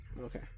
Okay